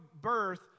birth